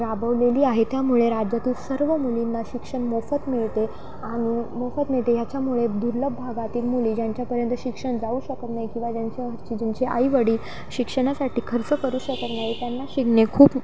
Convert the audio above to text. राबवलेली आहे त्यामुळे राज्यातील सर्व मुलींना शिक्षण मोफत मिळते आणि मोफत मिळते ह्याच्यामुळे दुर्लभ भागातील मुली ज्यांच्यापर्यंत शिक्षण जाऊ शकत नाही किंवा ज्यांच्या घरची ज्यांची आई वडील शिक्षणासाठी खर्च करू शकत नाही त्यांना शिकणे खूप